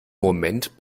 moment